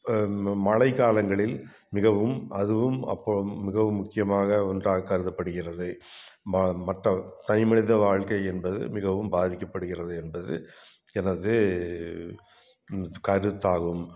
ம மழைக்காலங்களில் மிகவும் அதுவும் அப்போது மிகவும் முக்கியமாக ஒன்றாகக் கருதப்படுகிறது ம மற்ற தனி மனித வாழ்க்கை என்பது மிகவும் பாதிக்கப்படுகிறது என்பது எனது கருத்தாகும்